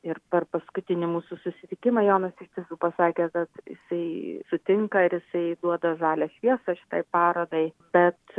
ir per paskutinį mūsų susitikimą jonas iš tiesų pasakė kad jisai sutinka ir jisai duoda žalią šviesą šitai parodai bet